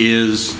is